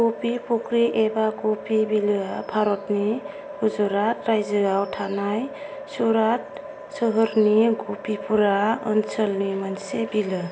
गपि फुख्रि एबा गपि बिलोआ भारतनि गुजरात रायजोआव थानाय सुराट सोहोरनि गपिपुरा ओनसोलनि मोनसे बिलो